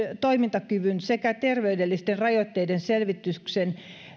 toimintakyvyn sekä terveydellisten rajoitteiden selvityksen